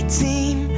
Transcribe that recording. team